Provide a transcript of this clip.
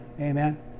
Amen